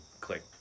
click